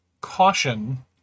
caution